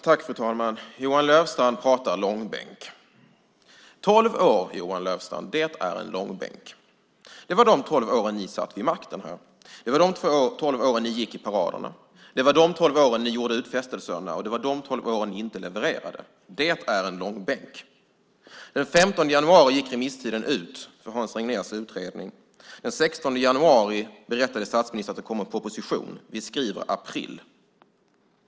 Fru talman! Johan Löfstrand pratar om att dra i långbänk. Tolv år, Johan Löfstrand, är att dra i långbänk. Det var de tolv åren ni satt vid makten. Det var de tolv åren ni gick i paraderna. Det var de tolv åren ni gjorde utfästelserna, och det var de tolv åren då ni inte levererade. Det är en långbänk. Den 15 januari gick remisstiden ut för Hans Regners utredning. Den 16 januari berättade statsministern att det kommer en proposition. Vi skriver april.